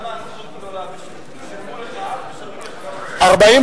מרצ וקבוצת סיעת קדימה ושל חבר הכנסת גאלב מג'אדלה לשם החוק לא נתקבלה.